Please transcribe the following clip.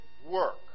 Work